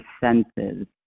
senses